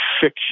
fiction